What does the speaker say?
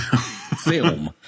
film